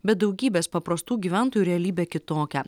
bet daugybės paprastų gyventojų realybė kitokia